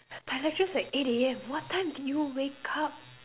my lecture at eight A_M what time do you wake up